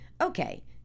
okay